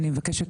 אני מבקשת,